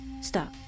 Stop